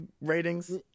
ratings